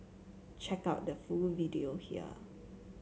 check out the full video here